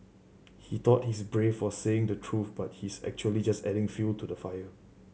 he thought he's brave for saying the truth but he's actually just adding fuel to the fire